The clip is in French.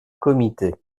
comité